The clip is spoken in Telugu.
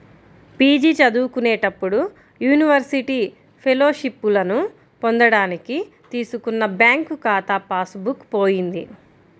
పీ.జీ చదువుకునేటప్పుడు యూనివర్సిటీ ఫెలోషిప్పులను పొందడానికి తీసుకున్న బ్యాంకు ఖాతా పాస్ బుక్ పోయింది